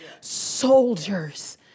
soldiers